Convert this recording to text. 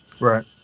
Right